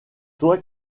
toi